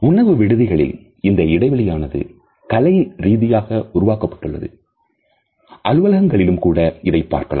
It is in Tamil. உணவு விடுதிகளில் இந்த இடைவெளியானது கலை ரீதியாக உருவாக்கப்பட்டுள்ளது அலுவலகங்களிலும் கூட இதைப் பார்க்கலாம்